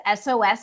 SOS